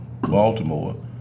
Baltimore